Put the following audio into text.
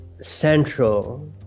central